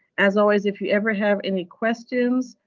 as always, if you ever have any questions,